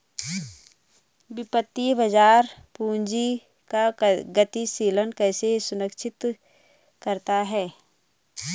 वित्तीय बाजार पूंजी का गतिशीलन कैसे सुनिश्चित करता है?